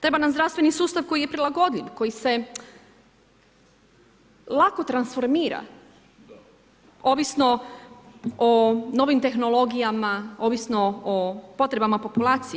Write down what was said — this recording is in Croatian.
Treba nam zdravstveni sustav koji je prilagodljiv, koji se lako transformira, ovisno o novim tehnologijama, ovisno o potrebama populacije.